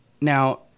now